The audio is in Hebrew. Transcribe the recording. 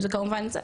זה כמובן.